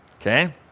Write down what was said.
Okay